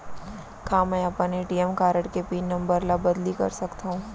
का मैं अपन ए.टी.एम कारड के पिन नम्बर ल बदली कर सकथव?